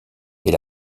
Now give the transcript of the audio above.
est